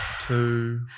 two